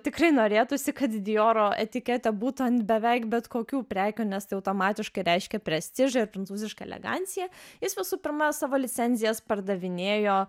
tikrai norėtųsi kad dijoro etiketė būtų ant beveik bet kokių prekių nes tai automatiškai reiškia prestižą ir prancūzišką eleganciją jis visų pirma savo licenzijas pardavinėjo